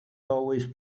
always